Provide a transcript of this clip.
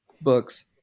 Books